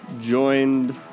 joined